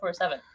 24-7